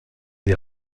des